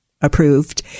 approved